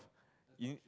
you need